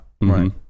Right